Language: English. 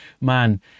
man